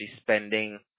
spending